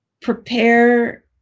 prepare